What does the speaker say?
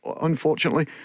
unfortunately